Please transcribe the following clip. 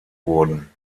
wurden